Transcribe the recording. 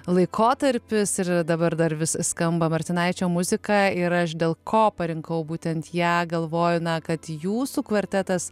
laikotarpis ir dabar dar vis skamba martinaičio muzika ir aš dėl ko parinkau būtent ją galvoju na kad jūsų kvartetas